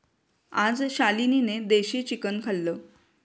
आज शालिनीने देशी चिकन खाल्लं